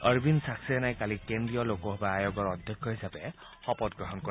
অৰবিন্দ ছাক্সেনাই কালি কেন্দ্ৰীয় লোকসেৱা আয়োগৰ অধ্যক্ষ হিচাপে শপত গ্ৰহণ কৰে